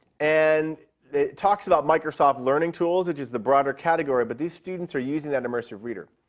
and it talks about microsoft learning tools. which is the broader category, but these students are using that immersive reader.